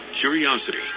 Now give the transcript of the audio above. curiosity